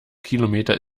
kilometer